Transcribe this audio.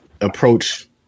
approach